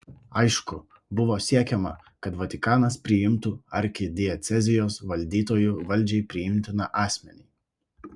aišku buvo siekiama kad vatikanas priimtų arkidiecezijos valdytoju valdžiai priimtiną asmenį